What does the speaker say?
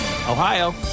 Ohio